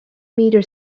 meter